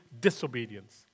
disobedience